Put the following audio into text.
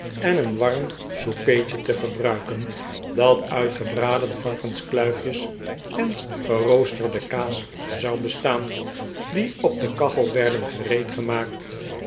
en een warm soupeetje te gebruiken dat uit gebraden varkenskluifjes en geroosterde kaas zou bestaan die op de kachel werden